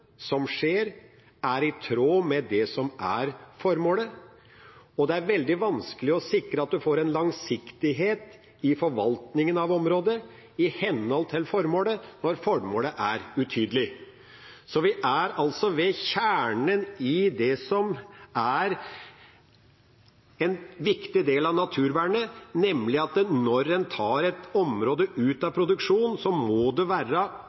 er i tråd med det som er formålet, og det er veldig vanskelig å sikre at man får en langsiktighet i forvaltningen av området i henhold til formålet når formålet er utydelig. Vi er altså ved kjernen i det som er en viktig del av naturvernet, nemlig at når en tar et område ut av produksjon, må det være